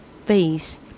face